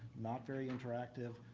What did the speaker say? not very interactive.